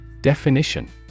DEFINITION